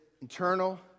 internal